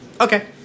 Okay